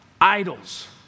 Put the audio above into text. idols